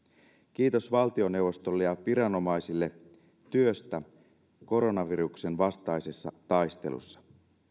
kiitos valtioneuvostolle ja viranomaisille työstä koronaviruksen vastaisessa taistelussa